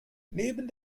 neben